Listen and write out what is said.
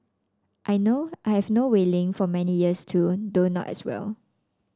I know I have known Wei Ling for many years too though not as well